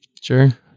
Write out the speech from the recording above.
Sure